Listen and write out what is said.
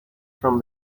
from